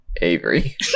Avery